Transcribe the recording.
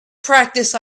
practiced